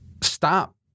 stop